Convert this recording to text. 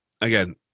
again